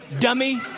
dummy